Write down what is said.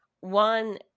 one